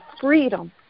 freedom